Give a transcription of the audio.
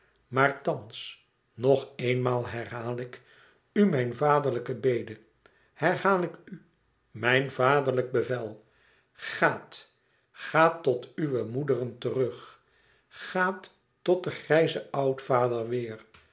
maar thans nog eenmaal herhaal ik u mijn vaderlijke bede herhaal ik u mijn vaderlijk bevel gaat gaat tot uwe moederen terug gaat tot den grijzen oudvader weêr